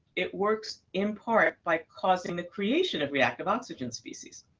it works in part by causing the creation of reactive oxygen species,